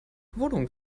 wohnung